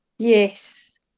Yes